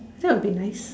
that will be nice